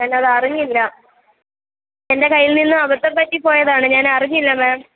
ഞാനതറിഞ്ഞില്ല എൻ്റെ കയ്യിൽ നിന്ന് അബദ്ധം പറ്റിപ്പോയതാണ് ഞാനറിഞ്ഞില്ല മേം